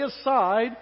aside